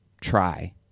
try